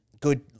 good